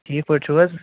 ٹھیٖک پٲٹھۍ چھِو حظ